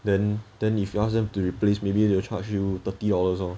then then if you ask them to replace maybe they'll charge you thirty dollars lor